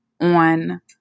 on